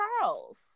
Charles